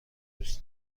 دوست